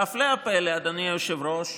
והפלא ופלא, אדוני היושב-ראש,